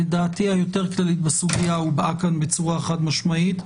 דעתי היותר כללית בסוגיה הובעה כאן בצורה חד-משמעית,